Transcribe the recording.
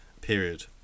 period